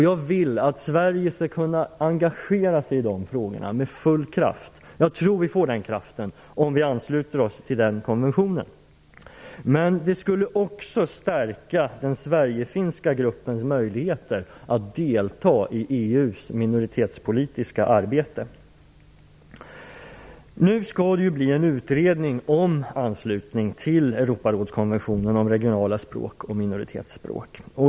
Jag vill att Sverige skall kunna engagera sig i de frågorna med full kraft, och jag tror vi får den kraften om vi ansluter oss till konventionen. Det skulle också stärka den sverigefinska gruppens möjligheter att delta i EU:s minoritetspolitiska arbete. Nu skall det ju bli en utredning om anslutning till Europarådskonventionen om regionala språk och minoritetsspråk.